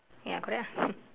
ya correct ah